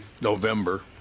November